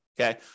Okay